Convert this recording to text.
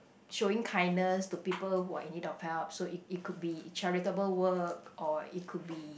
showing kindness to people who are in need of help so it it could be charitable work or it could be